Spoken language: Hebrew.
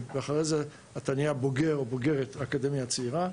ואחרי זה אתה נהיה בוגר האקדמיה הצעירה.